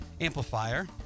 amplifier